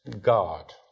God